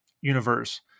universe